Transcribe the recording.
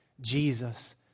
Jesus